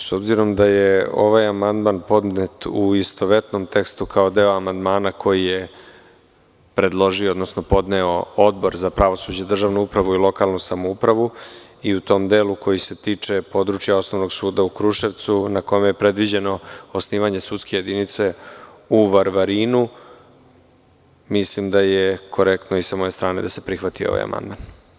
S obzirom da je ovaj amandman podnet u istovetnom tekstu kao deo amandmana koji je podneo Odbor za pravosuđe, državnu upravu i lokalnu samoupravu i u tom delu koji se tiče područja Osnovnog suda u Kruševcu, na kome je predviđeno osnivanje sudske jedinice u Varvarinu, mislim da je korektno i sa moje strane da se prihvati ovaj amandman.